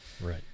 Right